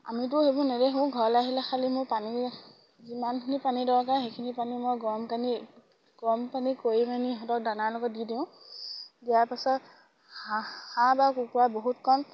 আমিতো সেইবোৰ নেদেখো ঘৰলে আহিলে খালী মোৰ পানী যিমানখিনি পানী দৰকাৰ সেইখিনি পানী মই গৰম পানী গৰম পানী কৰি পানী সিহঁতক দানাৰ লগত দি দিওঁ দিয়াৰ পাছত হাঁহ হাঁহ বা কুকুৰা বহুত কম